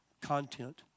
content